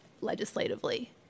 legislatively